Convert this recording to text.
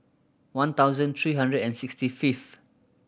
one thousand three hundred and sixty fifth